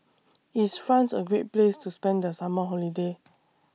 IS France A Great Place to spend The Summer Holiday